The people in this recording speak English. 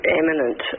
eminent